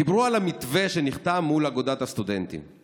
דיברו על המתווה שנחתם מול התאחדות הסטודנטים,